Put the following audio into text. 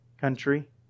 country